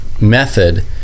method